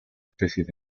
especies